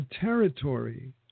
territory